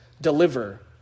deliver